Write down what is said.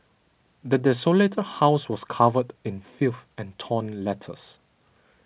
the desolated house was covered in filth and torn letters